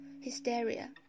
hysteria